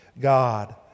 God